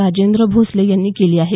राजेंद्र भोसले यांनी केली आहे